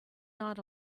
not